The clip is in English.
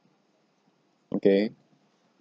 okay